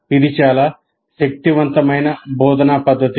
ఇది చాలా శక్తివంతమైన బోధనా పద్ధతి